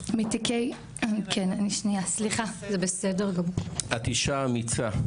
מתיקי- סליחה --- את אישה אמיצה.